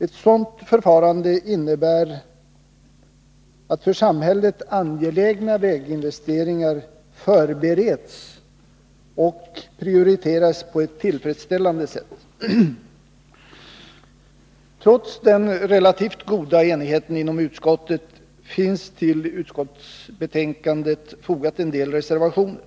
Ett sådant system innebär att för samhället angelägna väginvesteringar förbereds och prioriteras på ett tillfredsställande sätt. Trots den relativt goda enigheten inom utskottet finns till utskottsbetänkandet en del reservationer fogade.